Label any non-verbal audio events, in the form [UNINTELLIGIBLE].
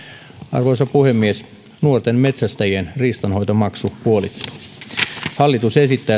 arvoisa puhemies nuorten metsästäjien riistanhoitomaksu puolittuu hallitus esittää [UNINTELLIGIBLE]